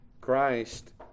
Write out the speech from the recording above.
Christ